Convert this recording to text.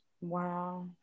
Wow